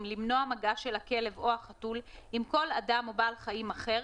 למנוע מגע של הכלב או החתול עם כל אדם או בעל חיים אחר,